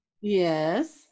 Yes